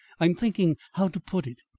i'm thinking how to put it.